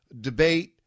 debate